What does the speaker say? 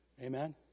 Amen